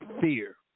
Fear